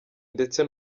ndetse